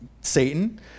Satan